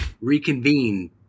reconvene